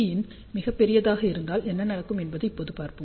Pin மிகப் பெரியதாக இருந்தால் என்ன நடக்கும் என்பதை இப்போது பார்ப்போம்